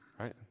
Right